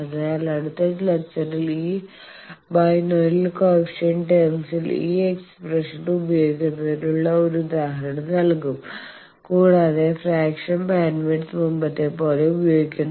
അതിനാൽ അടുത്ത ലെക്ചറിൽ ഈ ബൈനോമിയൽ കോയെഫിഷ്യന്റ് ടേമ്സിൽ ഈ എക്സ്പ്രഷനുകൾ ഉപയോഗിക്കുന്നതിനുള്ള ഒരു ഉദാഹരണം നൽകും കൂടാതെ ഫ്രാക്ഷണൽ ബാൻഡ്വിഡ്ത്ത് മുമ്പത്തെപ്പോലെ ഉപയോഗിക്കും